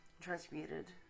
transmuted